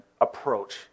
approach